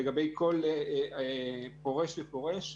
לגבי כל פורש ופורש,